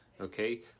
okay